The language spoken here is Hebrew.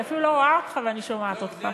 אני אפילו לא רואה אותך, ואני שומעת אותך.